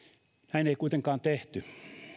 näin ei kuitenkaan tehty